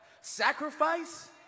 sacrifice